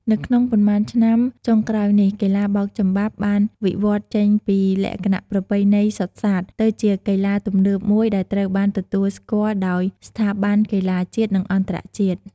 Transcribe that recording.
នៅក្នុងប៉ុន្មានឆ្នាំចុងក្រោយនេះ កីឡាបោកចំបាប់បានវិវឌ្ឍចេញពីលក្ខណៈប្រពៃណីសុទ្ធសាធ ទៅជាកីឡាទំនើបមួយដែលត្រូវបានទទួលស្គាល់ដោយស្ថាប័នកីឡាជាតិ និងអន្តរជាតិ។